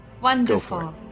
Wonderful